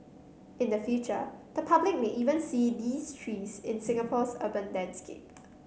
in the future the public may even see these trees in Singapore's urban landscape